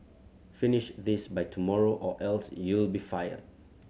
finish this by tomorrow or else you'll be fired